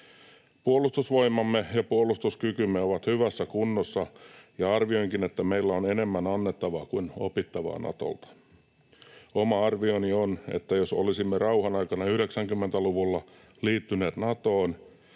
Puolustusvoimamme ja puolustuskykymme ovat hyvässä kunnossa, ja arvioinkin, että meillä on enemmän annettavaa kuin opittavaa Natolta. Oma arvioni on, että jos olisimme rauhan aikana 90-luvulla liittyneet Natoon